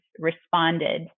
responded